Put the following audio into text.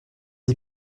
les